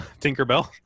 Tinkerbell